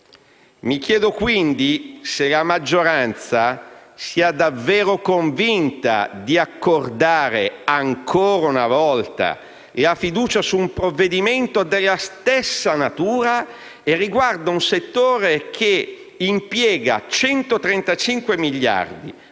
Mi chiedo, quindi, se la maggioranza sia davvero convinta di accordare, ancora una volta, la fiducia su un provvedimento della stessa natura e riguardo un settore che impiega 135 miliardi